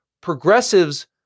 progressives